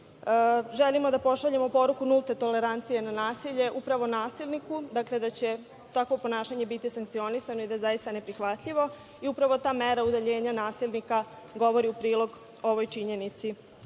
zakona. Želimo da pošaljemo poruku nulte tolerancije na nasilje upravo nasilniku, da će takvo ponašanje biti sankcionisano i da je zaista neprihvatljivo i upravo ta mera udaljenja nasilnika govori u prilog ovoj činjenici.